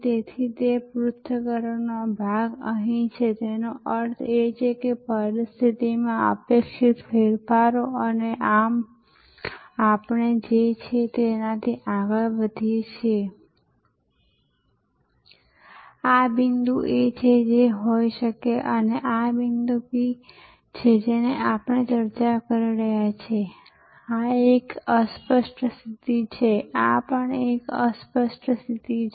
તેથી તે પૃથ્થકરણનો ભાગ અહીં છે તેનો અર્થ એ છે કે પરિસ્થિતિમાં અપેક્ષિત ફેરફારો અને આમ આપણે જે છે તેનાથી આગળ વધીએ છીએ આ બિંદુ A છે જે હોઈ શકે છે આ બિંદુ B છે અને જેમ આપણે ચર્ચા કરી છે કે આ એક અસ્પષ્ટ સ્થિતિ છે આ પણ એક અસ્પષ્ટ સ્થિતિ છે